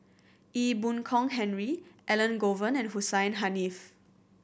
Ee Boon Kong Henry Elangovan and Hussein Haniff